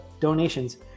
donations